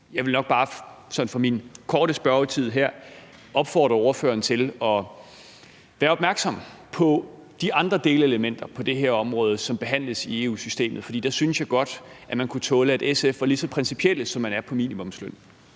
Jeg vil bare sådan i den korte spørgetid, jeg har her, opfordre ordføreren til at være opmærksom på de andre delelementer på det her område, som behandles i EU-systemet, for der synes jeg godt at man kunne tåle at SF var lige så principielle, som man er i forhold